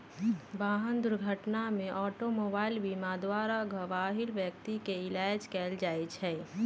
वाहन दुर्घटना में ऑटोमोबाइल बीमा द्वारा घबाहिल व्यक्ति के इलाज कएल जाइ छइ